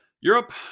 Europe